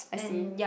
I see